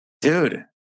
Dude